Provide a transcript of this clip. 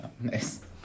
Nice